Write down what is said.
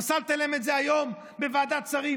פסלתם להם את זה היום בוועדת השרים.